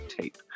tape